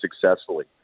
successfully